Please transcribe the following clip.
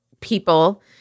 people